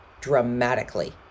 dramatically